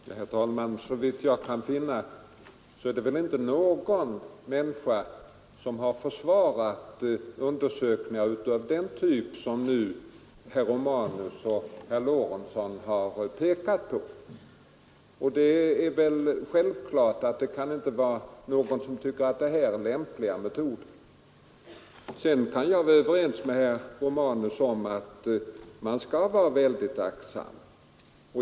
Herr talman! Såvitt jag kan finna har väl inte någon människa försvarat undersökningar av den typ som herr Romanus och herr Lorentzon har pekat på. Det är självklart att ingen kan tycka att detta är en lämplig metod. Jag är överens med herr Romanus om att man skall vara väldigt aktsam.